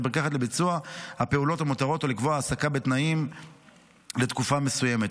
מרקחת לביצוע הפעולות המותרות או לקבוע העסקה בתנאים לתקופה מסוימת.